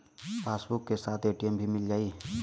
Passbook के साथ ATM भी मील जाई?